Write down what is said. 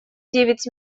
девять